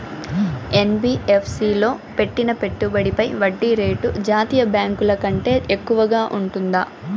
NBFC లో పెట్టిన పెట్టుబడి పై వడ్డీ రేటు జాతీయ బ్యాంకు ల కంటే ఎక్కువగా ఉంటుందా?